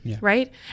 Right